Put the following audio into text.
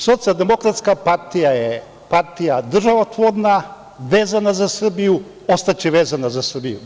Socijaldemokratska partija je partija državotvorna, vezana za Srbiju, ostaće vezana za Srbiju.